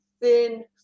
thin